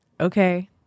Okay